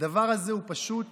הדבר הזה הוא פשוט